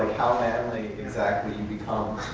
how manly, exactly, you become